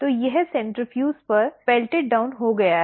तो यह सेंट्रीफ्यूज पर पिलटिड डाउन हो गया है